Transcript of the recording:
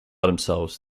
themselves